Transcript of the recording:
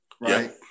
right